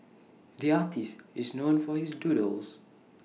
the artist is known for his doodles